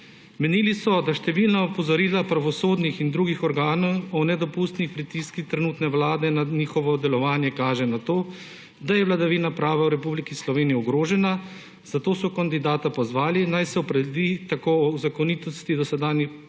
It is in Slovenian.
Menili so, da številna opozorila pravosodnih in drugih organov o nedopustnih pritiskih trenutne vlade na njihovo delovanje kaže na to, da je vladavina prava v Republiki Sloveniji ogrožena, zato so kandidata pozvali naj se opredeli tako o zakonitosti dosedanjega